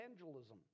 evangelism